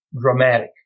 dramatic